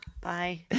Bye